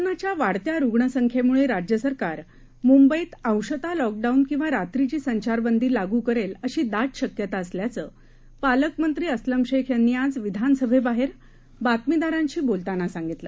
कोरोनाच्या वाढत्या रुग्णसंख्येमुळे राज्य सरकार मुंबईत अंशतः लॉकडाऊन किंवा रात्रीची संचारबंदी लागू करेल अशी दाट शक्यता असल्याचं पालकमंत्री अस्लम शेख यांनी आज विधानसभेबाहेर बातमीदारांशी बोलताना सांगितलं